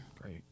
Great